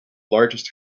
largest